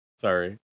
Sorry